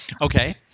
Okay